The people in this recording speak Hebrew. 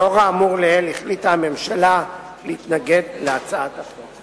לאור האמור לעיל החליטה הממשלה להתנגד להצעת החוק.